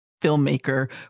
filmmaker